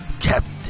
Captain